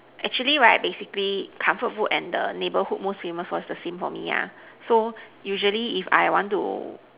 actually right basically comfort food and the neighbourhood most famous was the same for me ah so usually if I want to